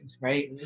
right